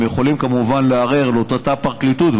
הם יכולים כמובן לערער לאותה פרקליטות,